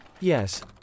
Yes